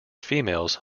females